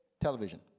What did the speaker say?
Television